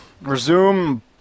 resume